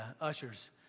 ushers